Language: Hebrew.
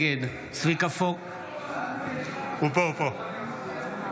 בעד צביקה פוגל, נגד עודד פורר, אינו נוכח